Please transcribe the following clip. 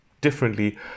differently